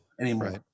anymore